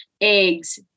eggs